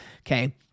Okay